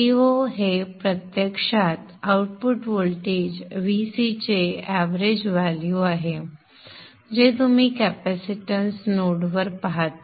Vo हे प्रत्यक्षात output voltage Vc चे एव्हरेज मूल्य आहे जे तुम्ही कॅपेसिटन्स नोड वर पाहता